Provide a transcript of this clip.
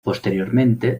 posteriormente